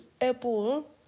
Apple